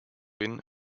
wind